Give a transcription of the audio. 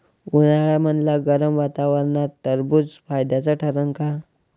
उन्हाळ्यामदल्या गरम वातावरनात टरबुज फायद्याचं ठरन का?